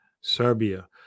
Serbia